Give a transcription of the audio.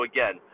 Again